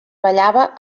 ballava